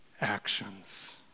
actions